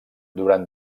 durant